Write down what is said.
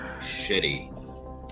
shitty